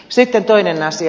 sitten toinen asia